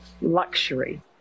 luxury